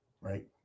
Right